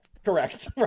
Correct